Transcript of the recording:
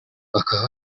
bakaba